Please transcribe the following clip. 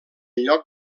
lloc